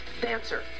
dancer